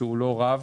שהוא לא רב,